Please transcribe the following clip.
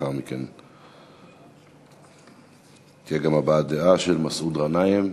ולאחר מכן תהיה גם הבעת דעה של מסעוד גנאים,